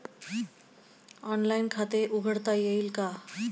Online खाते उघडता येईल का?